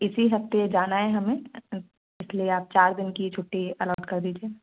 इसी हफ्ते जाना है हमें इसलिए आप चार दिन की छुट्टी अलाउड कर दीजिए